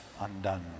undone